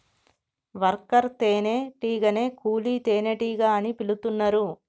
worker తేనే టీగనే కూలీ తేనెటీగ అని పిలుతున్నరు